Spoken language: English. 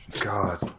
God